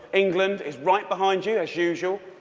england is right behind you, as usual.